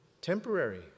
temporary